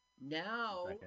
Now